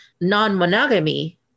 non-monogamy